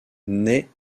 naît